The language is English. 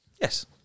Yes